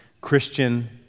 Christian